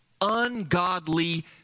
ungodly